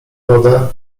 wodę